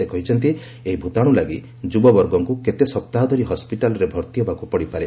ସେ କହିଛନ୍ତି ଏହି ଭୂତାଣୁ ଲାଗି ଯୁବବର୍ଗଙ୍କୁ କେତେ ସପ୍ତାହ ଧରି ହସ୍କିଟାଲ୍ରେ ଭର୍ତ୍ତି ହେବାକୁ ପଡ଼ିପାରେ